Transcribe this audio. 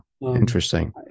interesting